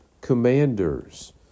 commanders